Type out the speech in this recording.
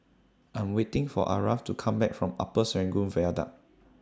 I Am waiting For Aarav to Come Back from Upper Serangoon Viaduct